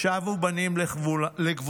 'ושבו בנים לגבולם',